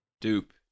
Dupe